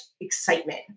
excitement